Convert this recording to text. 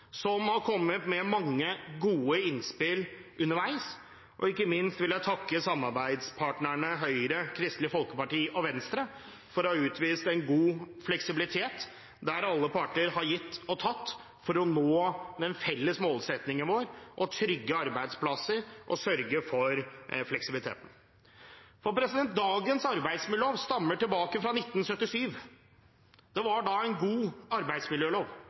som har kommet med mange gode innspill underveis, og ikke minst vil jeg takke samarbeidspartnerne Høyre, Kristelig Folkeparti og Venstre for å ha utvist god fleksibilitet – alle parter har gitt og tatt for å nå vår felles målsetting, å trygge arbeidsplasser og sørge for fleksibilitet. Dagens arbeidsmiljølov stammer fra 1977. Det var da en god arbeidsmiljølov